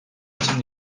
için